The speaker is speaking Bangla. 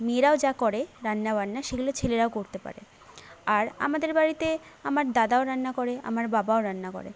মেয়েরাও যা করে রান্না বান্না সেগুলো ছেলেরাও করতে পারে আর আমাদের বাড়িতে আমার দাদাও রান্না করে আমার বাবাও রান্না করে